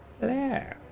hello